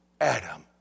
Adam